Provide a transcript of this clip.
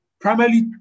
primarily